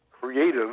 creative